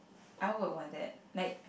I would want that like